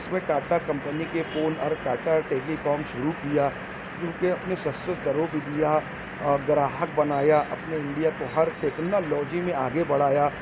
اس میں ٹاٹا کمپنی کے فون اور ٹاٹا ٹیلیکام شروع کیا ان کے اپنے سستے دروں پہ دیا اور گراہک بنایا اپنے انڈیا کو ہر ٹیکنالوجی میں آگے بڑھایا